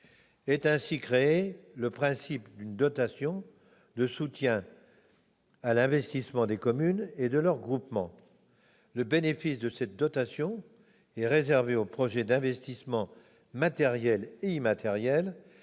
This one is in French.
Est ainsi créé le principe d'une dotation de soutien à l'investissement des communes et de leurs groupements. Le bénéfice de cette dotation est réservé aux projets d'investissement matériel et immatériel